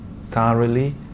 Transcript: thoroughly